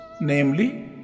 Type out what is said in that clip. namely